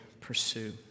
pursue